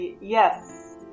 yes